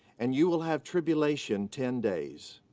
and you will have tribulation ten days.